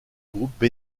groupe